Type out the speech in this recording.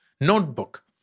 notebook